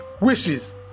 wishes